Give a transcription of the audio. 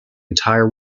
entire